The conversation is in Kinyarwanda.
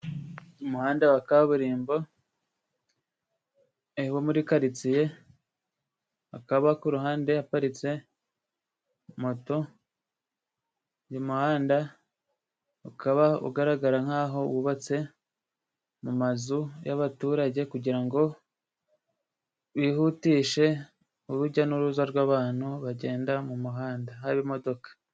Umuhanda wa kaburimbo wo muri karitsiye，akaba ku ruhande haparitse moto mu muhanda，ukaba ugaragara nk'aho wubatse mu mazu y'abaturage kugira ngo bihutishe urujya n'uruza rw'abantu bagenda mu muhanda haba imodoka．